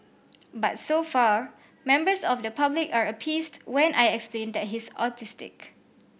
but so far members of the public are appeased when I explain that he's autistic